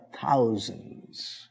thousands